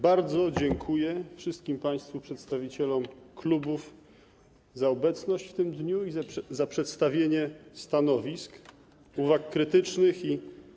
Bardzo dziękuję wszystkim państwu, przedstawicielom klubów za obecność w tym dniu i za przedstawienie stanowisk, uwag krytycznych i aprobujących.